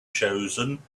chosen